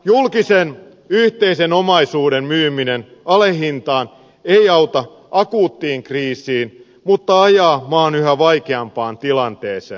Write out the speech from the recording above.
julkisen yhteisen omaisuuden myyminen alehintaan ei auta akuuttiin kriisiin mutta ajaa maan yhä vaikeampaan tilanteeseen